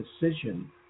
decision